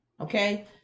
okay